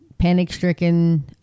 panic-stricken